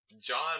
John